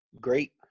great